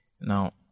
Now